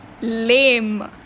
lame